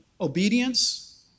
obedience